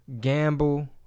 gamble